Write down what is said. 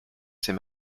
ces